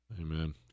amen